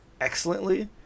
excellently